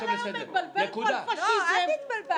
כל היום מתבלבלת על פשיזם- -- לא, את התבלבלת.